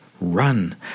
run